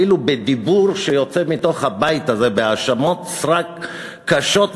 אפילו בדיבור שיוצא מתוך הבית הזה בהאשמות סרק קשות,